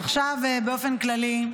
באופן כללי,